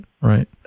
right